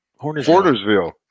Hornersville